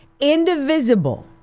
indivisible